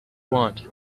want